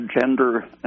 gender